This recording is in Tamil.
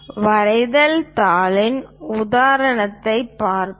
வரைதல் தாளின் உதாரணத்தைப் பார்ப்போம்